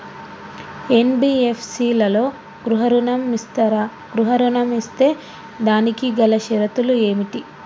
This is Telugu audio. ఎన్.బి.ఎఫ్.సి లలో గృహ ఋణం ఇస్తరా? గృహ ఋణం ఇస్తే దానికి గల షరతులు ఏమిటి?